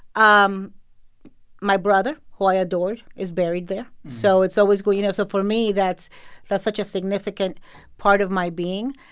um my brother, who i adored, is buried there so it's always going to you know, so for me, that's that's such a significant part of my being.